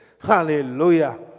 hallelujah